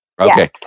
Okay